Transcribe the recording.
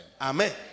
Amen